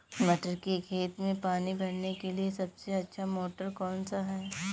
मटर के खेत में पानी भरने के लिए सबसे अच्छा मोटर कौन सा है?